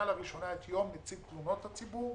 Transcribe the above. לראשונה את יום נציב תלונות הציבור.